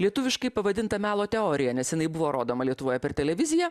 lietuviškai pavadinta melo teorija nes jinai buvo rodoma lietuvoje per televiziją